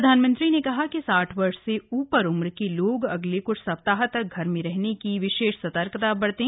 प्रधानमंत्री ने कहा कि साठ वर्ष से ऊपर उम्र के लोग अगले क्छ सप्ताह तक घर में रहने की विशेष सतर्कता बरतें